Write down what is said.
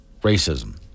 racism